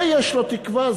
זה יש לו תקווה,